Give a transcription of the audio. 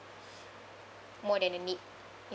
more than a need